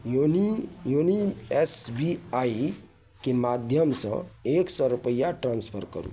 योनी योनी S B I के माध्यमसे एक सओ रुपैआ ट्रान्सफर करू